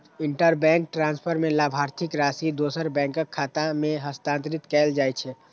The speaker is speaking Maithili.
इंटरबैंक ट्रांसफर मे लाभार्थीक राशि दोसर बैंकक खाता मे हस्तांतरित कैल जाइ छै